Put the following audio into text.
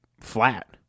flat